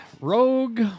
Rogue